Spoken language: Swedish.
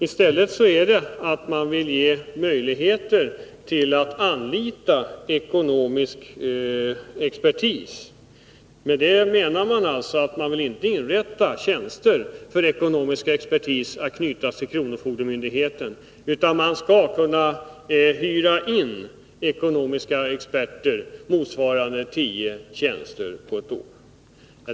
I stället vill man ge möjligheter att anlita ekonomisk expertis. Man vill alltså inte inrätta tjänster för ekonomisk expertis som skulle kunna knytas till kronofogdemyndigheten, utan myndigheten skall kunna hyra ekonomiska experter motsvarande 10 tjänster på ett år.